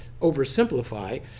oversimplify